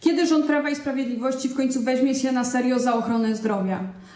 Kiedy rząd Prawa i Sprawiedliwości w końcu weźmie się na serio za ochronę zdrowia?